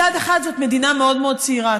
מצד אחד זאת מדינה מאוד מאוד צעירה.